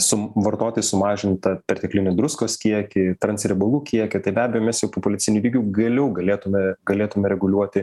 su vartoti sumažintą perteklinį druskos kiekį transriebalų kiekį tai be abejo mes jau populiaciniu lygiu galiu galėtume galėtume reguliuoti